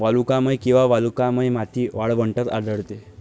वालुकामय किंवा वालुकामय माती वाळवंटात आढळते